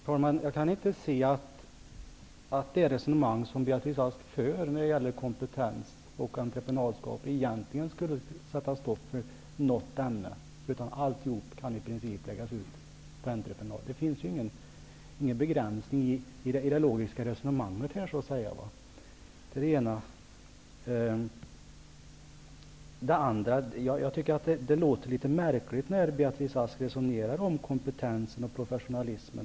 Herr talman! Jag kan inte se att det resonemang som Beatrice Ask för när det gäller kompetens och entreprenadskap egentligen skulle sätta stopp för något ämne. Allt kan i princip läggas ut på entreprenad. Det finns ju ingen begränsning i det logiska resonemanget, så att säga. Det låter litet märkligt att Beatrice Ask exkluderar yrkeslärarna när hon resonerar om kompetensen och professionalismen.